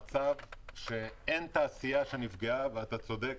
אתה צודק,